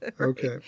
Okay